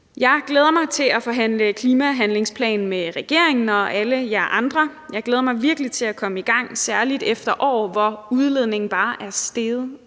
Jeg glæder mig til at forhandle klimahandlingsplan med regeringen og alle jer andre. Jeg glæder mig virkelig til at komme i gang, særlig efter år, hvor udledningen bare er steget,